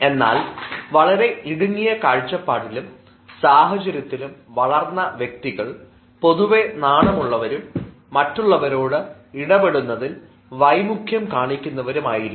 എന്നാൽ വളരെ ഇടുങ്ങിയ കാഴ്ചപ്പാടിലും സാഹചര്യത്തിലും വളർന്ന വ്യക്തികൾ പൊതുവെ നാണമുള്ളവരും മറ്റുള്ളവരോട് ഇടപെടുന്നതിൽ വൈമുഖ്യം കാണിക്കുന്നവരുമായിരിക്കും